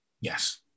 Yes